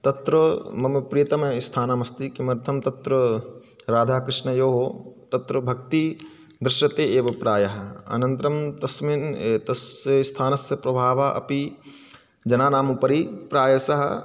तत्र मम प्रियतमम् स्थानमस्ति किमर्थं तत्र राधाकृष्णयोः तत्र भक्तिः दृश्यते एव प्रायः अनन्तरं तस्मिन् तस् स्थानस्य प्रभावः अपि जनानाम् उपरि प्रायशः